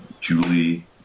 Julie